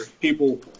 people